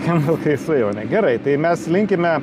skamba keistai o ne gerai tai mes linkime